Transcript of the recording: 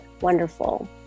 wonderful